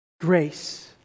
grace